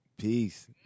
Peace